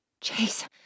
Chase